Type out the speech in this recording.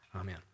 Amen